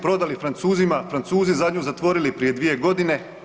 Prodali Francuzima, Francuzi zadnju zatvorili prije dvije godine.